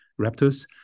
raptors